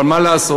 אבל מה לעשות,